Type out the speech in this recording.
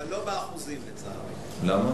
שלא לדבר